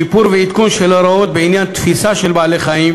שיפור ועדכון ההוראות בעניין תפיסת בעלי-חיים